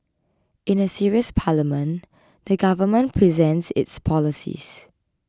in a serious parliament the Government presents its policies